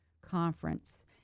conference